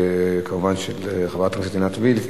של חברת הכנסת עינת וילף,